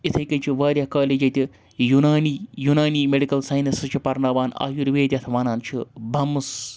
اِتھَے کٔنۍ چھِ واریاہ کالیج ییٚتہِ ینانی ینانی میٚڈِکَل ساینَس چھِ پَرناوان آیُرویدتھ وَنان چھِ بمس